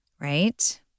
Right